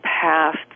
past